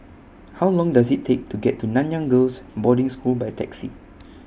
How Long Does IT Take to get to Nanyang Girls' Boarding School By Taxi